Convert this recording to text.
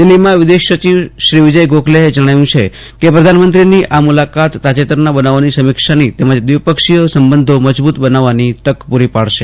દિલ્હીમાં વિદેશ સચિવ વિજય ગોખલેએ જણાવ્યું છે કે પ્રધાનમંત્રીની આ મુલાકાત તાજેતરના બનાવોની સમીક્ષાની તેમજ દ્વિપક્ષીય સંબંધો મજબૂત બનાવવાની તક પૂરી પાડશે